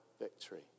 victory